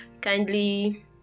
kindly